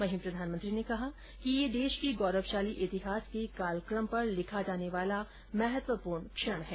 वहीं प्रधानमंत्री ने कहा कि यह देश के गौरवशाली इतिहास के कालकम पर लिखा जाना वाला महत्वपूर्ण क्षण है